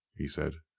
he said.